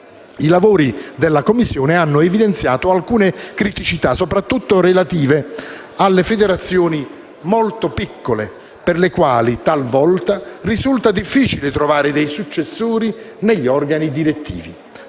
i lavori della Commissione hanno evidenziato alcune criticità, soprattutto relative alle federazioni molto piccole, per le quali talvolta risulta difficile trovare dei successori negli organi direttivi.